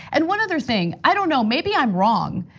and one other thing, i don't know, maybe i'm wrong.